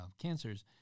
cancers